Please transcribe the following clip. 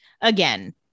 again